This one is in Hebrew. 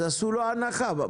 עשו לו הנחה.